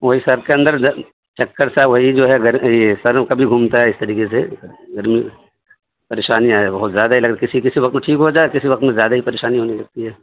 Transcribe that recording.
وہی سر کے اندر در چکر سا ہے وہی جو ہے گر یہ سر کبھی گھومتا ہے اس طریقے سے گرمی پریشانی آئے بہت زیادہ ہی لگ کسی کسی وقت تو ٹھیک ہو جائے کسی وقت میں زیادہ ہی پریشانی ہونے لگتی ہے